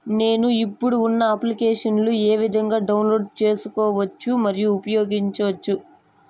నేను, ఇప్పుడు ఉన్న అప్లికేషన్లు ఏ విధంగా డౌన్లోడ్ సేసుకోవచ్చు మరియు ఉపయోగించొచ్చు?